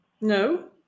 No